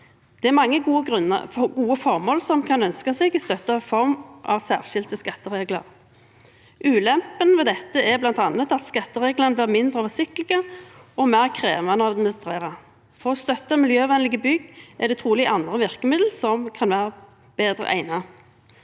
Det er mange gode formål der man kan ønske seg støtte i form av særskilte skatteregler. Ulempen ved dette er bl.a. at skattereglene blir mindre oversiktlige og mer krevende å administrere. For å støtte miljøvennlige bygg er det trolig andre virkemidler som kan være bedre egnet.